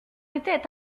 était